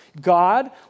God